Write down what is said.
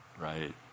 Right